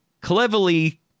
cleverly